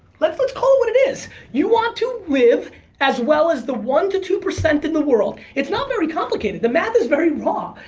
let's let's call it what it is. you want to live as well as the one to two percent in the world. it's not very complicated the math is very raw.